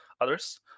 others